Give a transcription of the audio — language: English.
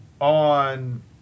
on